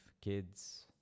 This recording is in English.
kids